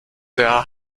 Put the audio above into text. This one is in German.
der